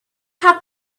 have